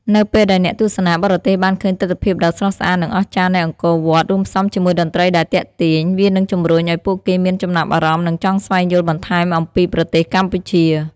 នៅពេលដែលអ្នកទស្សនាបរទេសបានឃើញទិដ្ឋភាពដ៏ស្រស់ស្អាត និងអស្ចារ្យនៃអង្គរវត្ត រួមផ្សំជាមួយតន្ត្រីដែលទាក់ទាញ វានឹងជំរុញឲ្យពួកគេមានចំណាប់អារម្មណ៍ និងចង់ស្វែងយល់បន្ថែមអំពីប្រទេសកម្ពុជា។